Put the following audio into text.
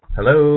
Hello